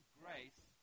grace